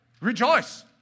rejoice